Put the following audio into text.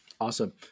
Awesome